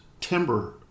timber